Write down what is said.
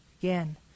Again